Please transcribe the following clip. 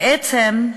בעצם,